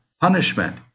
punishment